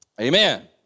Amen